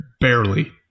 barely